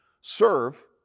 serve